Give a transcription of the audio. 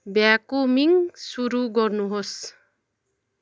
vacuuming सुरु गर्नुहोस्